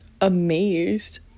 amazed